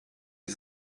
die